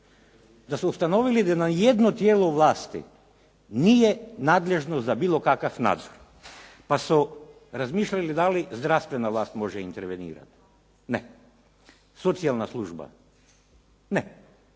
da su ustanovili da na jedno tijelo vlasti nije nadležno za bilo kakav nadzor. Pa su razmišljali da li zdravstvena vlast može intervenirati? Ne. socijalna služba? Ne.